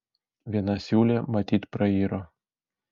viena siūlė matyt prairo